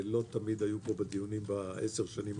שלא תמיד היו פה בדיונים ב-10 השנים האחרונות: